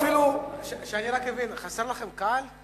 שאני אבין, חסר לכם קהל?